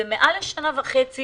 זה מעל לשנה וחצי